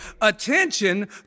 attention